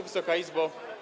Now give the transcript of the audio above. Wysoka Izbo!